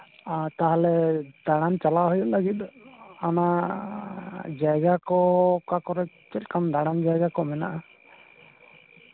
ᱛᱟᱦᱞᱮ ᱫᱟᱬᱟᱱ ᱪᱟᱞᱟᱣ ᱦᱩᱭᱩᱜ ᱞᱟᱹᱜᱤᱫᱚᱜ ᱚᱱᱟ ᱡᱟᱭᱜᱟ ᱠᱚ ᱚᱠᱟ ᱠᱚᱨᱮᱫ ᱪᱮᱫ ᱞᱮᱠᱟᱱ ᱫᱟᱬᱟᱱ ᱡᱟᱭᱜᱟ ᱠᱚ ᱢᱮᱱᱟᱜᱼᱟ